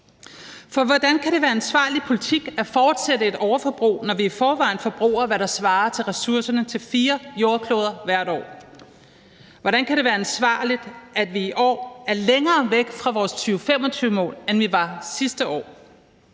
For hvordan kan det være ansvarlig politik at fortsætte et overforbrug, når vi i forvejen forbruger, hvad der svarer til ressourcerne på fire jordkloder hvert år? Hvordan kan det være ansvarligt, at vi i år er længere væk fra vores 2025-mål, end vi var sidste år?